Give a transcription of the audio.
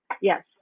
Yes